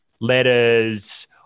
letters